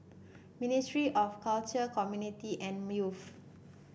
Ministry of Culture Community and Youth